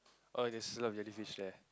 oh it's a lot of jellyfish there